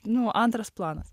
nu antras planas